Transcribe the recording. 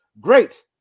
great